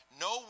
no